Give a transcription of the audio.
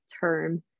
term